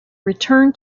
return